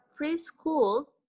preschool